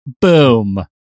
Boom